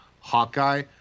Hawkeye